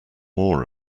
more